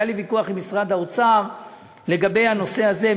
היה לי ויכוח עם משרד האוצר לגבי הנושא הזה,